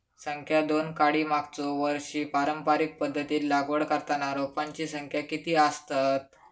संख्या दोन काडी मागचो वर्षी पारंपरिक पध्दतीत लागवड करताना रोपांची संख्या किती आसतत?